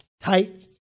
Tight